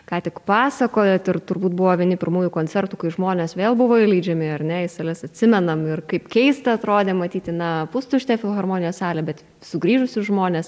ką tik pasakojot ir turbūt buvo vieni pirmųjų koncertų kai žmonės vėl buvo įleidžiami ar ne į sales atsimenam ir kaip keista atrodė matyti na pustuštę filharmonijos salę bet sugrįžusius žmones